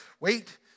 wait